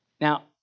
Now